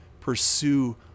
pursue